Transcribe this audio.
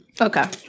Okay